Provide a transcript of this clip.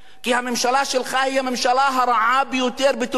כי הממשלה שלך היא הממשלה הרעה ביותר בתולדות